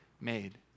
made